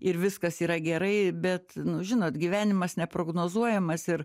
ir viskas yra gerai bet nu žinot gyvenimas neprognozuojamas ir